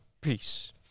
Peace